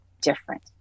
different